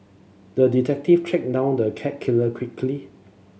the detective tracked down the cat killer quickly